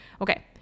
Okay